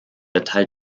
erteilt